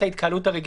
מ-10,000 מקומות.